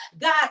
God